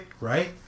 right